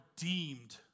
redeemed